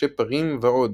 ראשי פרים ועוד,